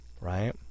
right